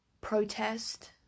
protest